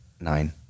Nine